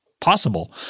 possible